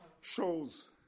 shows